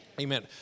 Amen